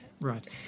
Right